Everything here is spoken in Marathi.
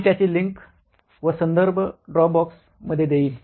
मी त्याची लिंक व संदर्भ ड्रॉप बॉक्स मधेय देईन